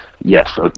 Yes